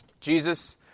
Jesus